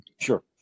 Sure